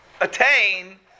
attain